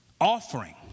offering